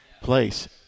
place